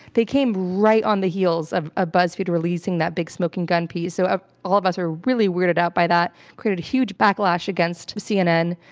they came right on the heels of ah buzzfeed releasing that big smoking gun piece, so all of us are really weirded out by that, created a huge backlash against cnn.